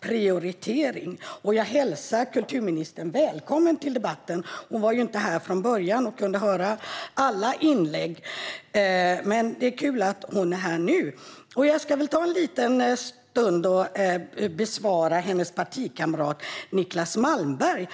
prioritering. Jag hälsar också kulturministern välkommen till debatten. Hon var ju inte här när den började och kunde inte höra alla inlägg, men det är kul att hon är här nu. Jag ska väl ta en liten stund och svara hennes partikamrat Niclas Malmberg.